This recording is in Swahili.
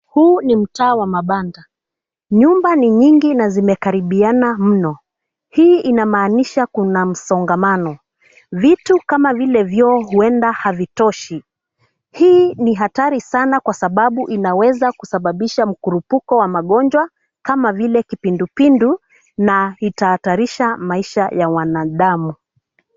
Huu ni mtaa wa mabanda. Nyumba ni nyingi na zimekaribiana mno. Hii inamaanisha kuna msongamano. Vitu kama vile vyoo huenda havitoshi. Hii ni hatari sana kwa sababu inaweza kusababisha mkurupuko wa magonjwa kama vile kipindupindu na itahatarisha maisha ya wanadamu.